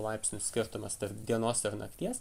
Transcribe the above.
laipsnių skirtumas tarp dienos ir nakties